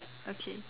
okay